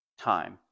time